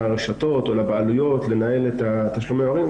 לרשתות או לבעלויות לנהל את תשלומי ההורים,